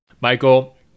Michael